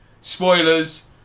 Spoilers